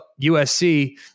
USC